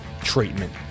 treatment